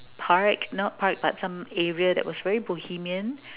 park not park and some areas that was very Bohemian